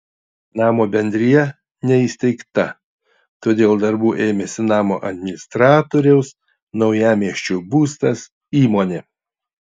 namo bendrija neįsteigta todėl darbų ėmėsi namo administratoriaus naujamiesčio būstas įmonė